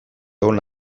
egon